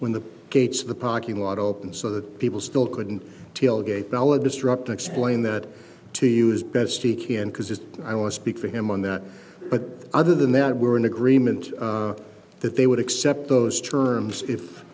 when the gates of the parking lot open so that people still couldn't tailgate bella disrupt explain that to you as best he can because i want to speak for him on that but other than that we're in agreement that they would accept those terms if